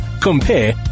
Compare